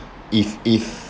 if if